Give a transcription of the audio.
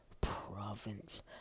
province